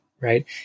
right